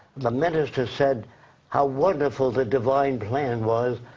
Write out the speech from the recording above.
the minister said how wonderful the divine plan was.